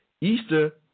Easter